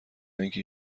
اینکه